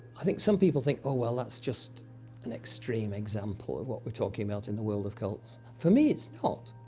i think some people think, oh, well, that's just an extreme example of what we're talking about in the world of cults. for me, it's not.